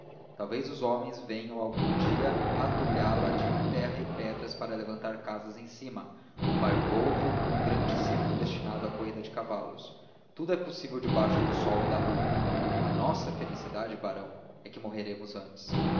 talvez os homens venham algum dia a atulhá la de terra e pedras para levantar casas em cima um bairro novo com um grande circo destinado a corridas de cavalos tudo é possível debaixo do sol e da lua a nossa felicidade barão é que morreremos antes